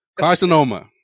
carcinoma